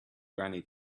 granny